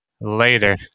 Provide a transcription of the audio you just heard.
Later